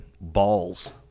balls